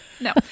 No